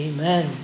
Amen